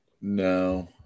No